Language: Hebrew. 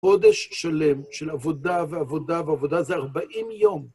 חודש שלם של עבודה ועבודה ועבודה, זה ארבעים יום.